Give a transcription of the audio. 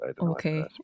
okay